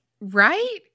Right